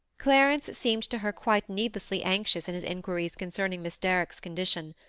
clarence seemed to her quite needlessly anxious in his inquiries concerning miss derrick's condition.